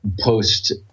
post